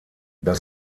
das